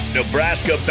Nebraska